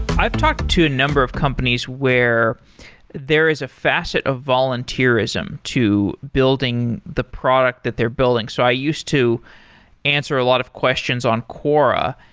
i've talked to a number of companies where there is a facet of volunteerism to building the product that they're building. so i used to answer a lot of questions on quora,